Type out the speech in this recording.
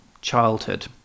childhood